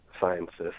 scientists